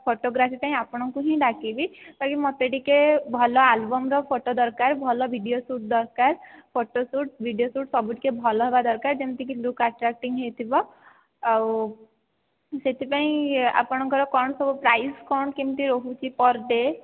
photography ପାଇଁ ଆପଣଙ୍କୁ ହିଁ ଡାକିବି ବାକି ମୋତେ ଟିକେ ଭଲ ଆଲବମ ଫଟୋ ଦରକାର ଭଲ ଭିଡ଼ିଓ ସୁଟ ଦରକାର ଫଟୋ ସୁଟ ଭିଡ଼ିଓ ସୁଟ ସବୁ ଟିକେ ଭଲ ହେବା ଦରକାର ଯେମିତିକି ଲୁକ ଆଟ୍ରାକ୍ଟିଙ୍ଗ୍ ହୋଇଥିବ ଆଉ ସେଥିପାଇଁ ଆପଣଙ୍କର କ'ଣ ସବୁ ପ୍ରାଇସ କ'ଣ କେମିତି ରହୁଛି ପର ଡେ